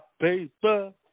paper